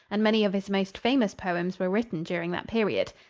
and many of his most famous poems were written during that period.